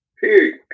period